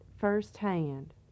firsthand